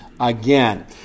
again